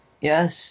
yes